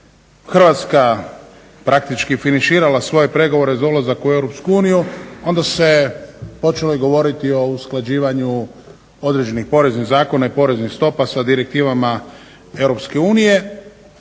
Hrvatska praktički finiširala svoje pregovore za ulazak u EU onda se počelo i govoriti o usklađivanju određenih poreznih zakona i poreznih stopa sa direktivama EU